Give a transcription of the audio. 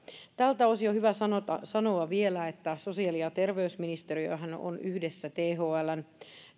tältä osin on hyvä sanoa vielä että sosiaali ja terveysministeriöhän on yhdessä thln